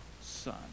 son